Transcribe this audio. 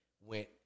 went